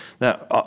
Now